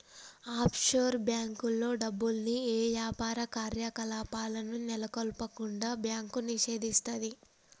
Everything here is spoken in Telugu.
ఆఫ్షోర్ బ్యేంకుల్లో డబ్బుల్ని యే యాపార కార్యకలాపాలను నెలకొల్పకుండా బ్యాంకు నిషేధిస్తది